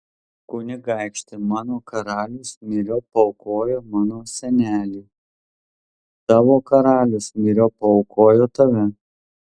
kunigaikšti mano karalius myriop paaukojo mano senelį tavo karalius myriop paaukojo tave